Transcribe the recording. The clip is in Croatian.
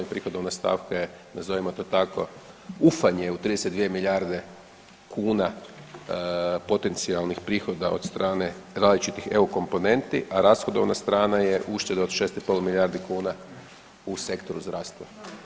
Prihodovna stavka je nazovimo to tako ufanje u 32 milijarde kuna potencijalnih prihoda od strane različitih EU komponenti, a rashodovna strana je ušteda od 6 i pol milijardi kuna u sektoru zdravstva.